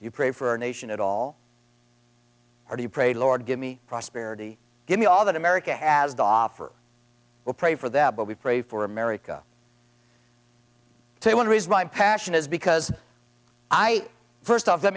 you pray for our nation at all or do you pray lord give me prosperity give me all that america as they offer or pray for that but we pray for america to want to raise my passion is because i first off